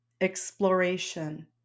exploration